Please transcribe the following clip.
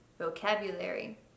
vocabulary